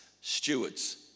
stewards